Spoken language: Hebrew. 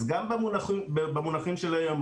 גם במונחים של היום,